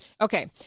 Okay